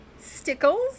Stickles